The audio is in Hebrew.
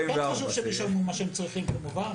חשוב מה שהם ישלמו מה שהם צריכים, כמובן.